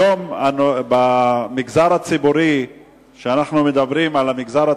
היום, כשאנחנו מדברים על המגזר הציבורי,